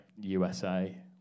USA